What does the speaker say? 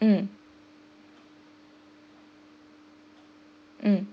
mm mm